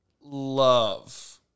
love